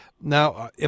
Now